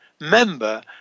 member